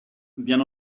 bien